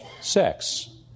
sex